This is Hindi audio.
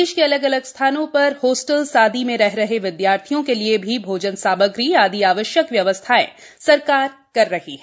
प्रदेश के अलग अलग स्थानों पर होस्टल्स आदि में रह रहे विद्यार्थियों के लिये भी भोजन सामग्री आदि आवश्यक व्यवस्थाएँ सरकार दवारा की जा रही हैं